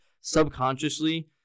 subconsciously